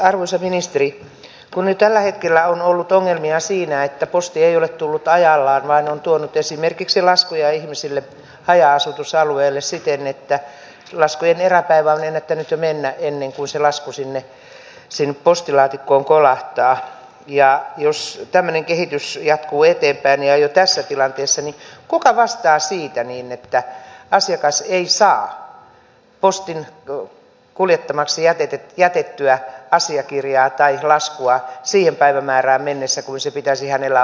arvoisa ministeri kun nyt tällä hetkellä on ollut ongelmia siinä että posti ei ole tullut ajallaan vaan on tuonut esimerkiksi laskuja ihmisille haja asutusalueelle siten että laskujen eräpäivä on ennättänyt jo mennä ennen kuin se lasku sinne postilaatikkoon kolahtaa niin jos tämmöinen kehitys jatkuu eteenpäin jo tässä tilanteessa niin kuka vastaa siitä että asiakas ei saa postin kuljettamaksi jätettyä asiakirjaa tai laskua siihen päivämäärään mennessä kuin se pitäisi hänellä olla